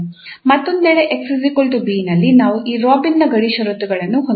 ಮತ್ತೊಂದೆಡೆ 𝑥 𝑏 ನಲ್ಲಿ ನಾವು ಈ ರಾಬಿನ್ನ ಗಡಿ ಷರತ್ತುಗಳನ್ನು ಹೊಂದಿದ್ದೇವೆ